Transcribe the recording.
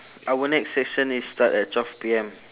our next session is start at twelve P_M